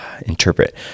Interpret